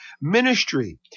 ministry